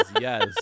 yes